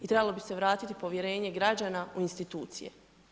I trebalo bi se vratiti povjerenje građana u institucije.